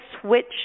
switch